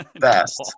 fast